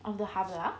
of the Hvala